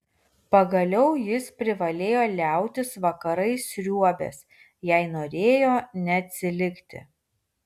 pagaliau jis privalėjo liautis vakarais sriuobęs jei norėjo neatsilikti